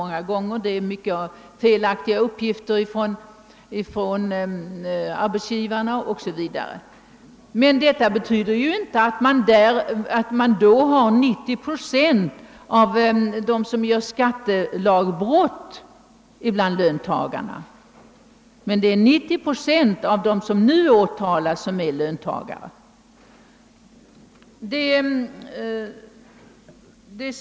Inte sällan rör det sig också om felaktiga uppgifter från arbetsgivarna. Men detta innebär ju inte att 90 procent av dem som begår brott mot skattelagarna finns bland löntagarna, utan det är 90 procent av dem som nu åtalas som är löntagare.